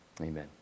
Amen